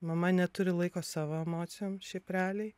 mama neturi laiko savo emocijom šiaip realiai